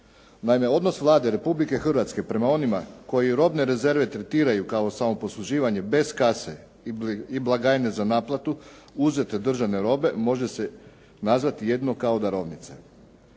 Naime, odnos Vlade Republike Hrvatske prema onima koji robne rezerve tretiraju kao samoposluživanje bez kase i blagajne za naplatu uzete državne robe, može se nazvati jedino kao darovnica.